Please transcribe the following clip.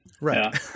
right